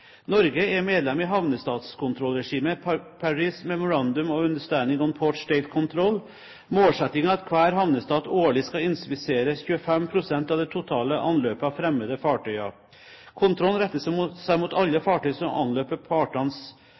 Norge er medlem i havnestatskontrollregimet the Paris Memorandum of Understanding on Port State Control. Målsettingen er at hver havnestat årlig skal inspisere 25 pst. av det totale anløpet av fremmede fartøyer. Kontrollen retter seg mot alle fartøy som anløper partenes